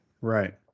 right